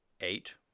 eight